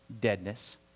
deadness